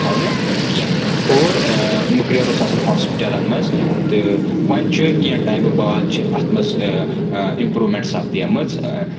تھاونہٕ کینٛہہ اور مٔکرَیٚر اوس آسان ہاسپِٹلَن منٛز تہٕ وۄنۍ چھُ کینٛہہ ٹایِمہٕ باد چھِ اَتھ منٛز اِمپروٗمؠنٛٹ سبدَیمٕژ